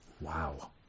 Wow